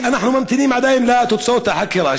אנחנו ממתינים עדיין לתוצאות החקירה,